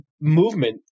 movement